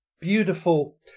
beautiful